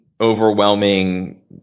overwhelming